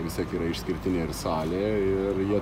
vis tiek yra išskirtinė ir salė ir jie